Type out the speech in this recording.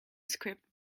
script